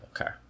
okay